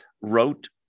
wrote